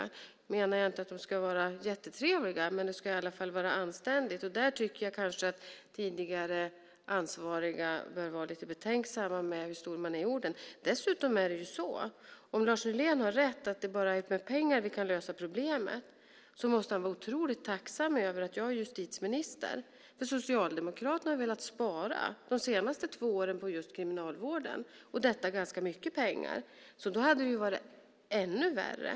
Jag menar inte att de ska vara jättetrevliga, men det hela ska i alla fall vara anständigt. Jag tycker att tidigare ansvariga bör vara lite betänksamma med hur stor man är i orden. Dessutom är det så att om Lars Nylén har rätt i att det bara är med pengar vi kan lösa problemet måste han vara otroligt tacksam över att det är jag som är justitieminister. Socialdemokraterna har velat spara de senaste två åren på just Kriminalvården - och det med ganska mycket pengar. Det hade ju varit ännu värre.